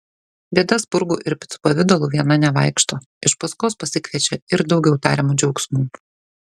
bėda spurgų ir picų pavidalu viena nevaikšto iš paskos pasikviečia ir daugiau tariamų džiaugsmų